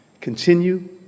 continue